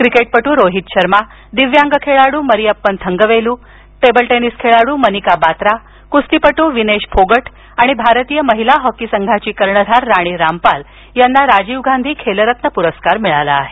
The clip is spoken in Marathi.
क्रिकेटपटू रोहित शर्मा दिव्यांग खेळाडू मरियप्पन थंगवेलू टेबल टेनिस खेळाडू मनिका बात्रा कुस्तीपटू विनेश फोगट आणि भारतीय महिला हॉकी संघाची कर्णधार राणी रामपाल यांना राजीव गांधी खेलरत्न पुरस्कार मिळाला आहे